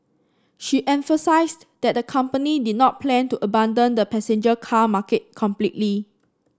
she emphasised that the company did not plan to abandon the passenger car market completely